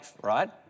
right